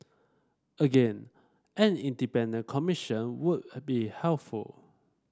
again an independent commission would be helpful